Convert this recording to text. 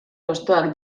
hostoak